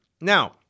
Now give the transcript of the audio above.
Now